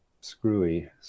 screwy